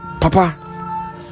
Papa